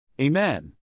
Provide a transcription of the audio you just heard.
Amen